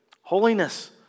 holiness